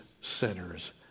sinners